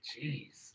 Jeez